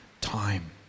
time